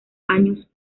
años